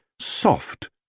soft